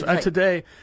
Today